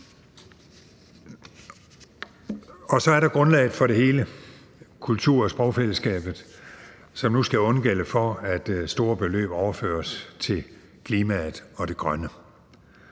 Så er der grundlaget for det hele, nemlig kultur- og sprogfællesskabet, som nu skal undgælde for, at store beløb overføres til klimaet og det grønne.